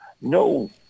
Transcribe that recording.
no